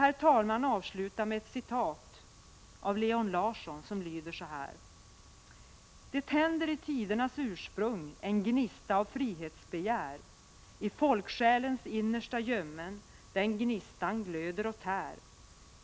Jag vill avsluta med ett citat av Leon Larsson, som lyder så här: en gnista av frihetsbegär, i folksjälens innersta gömmen den gnistan glöder och tär.